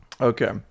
Okay